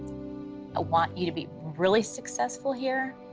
ah want you to be really successful here.